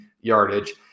yardage